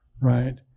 right